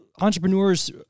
entrepreneurs